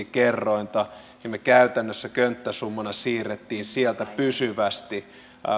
kerrointa me me käytännössä könttäsummana siirsimme sieltä pysyvästi